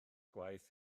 gwaith